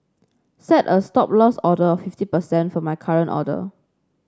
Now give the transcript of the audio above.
set a Stop Loss order of fifty percent for my current order